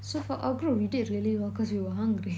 so for our group we did really well cause we were hungry